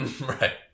Right